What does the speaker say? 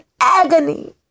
agony